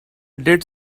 did